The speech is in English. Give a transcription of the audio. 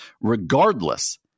regardless